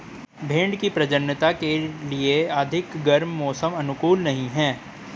भेंड़ की प्रजननता के लिए अधिक गर्म मौसम अनुकूल नहीं है